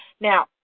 Now